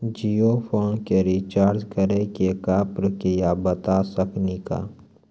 Jio phone के recharge करे के का प्रक्रिया बता साकिनी का?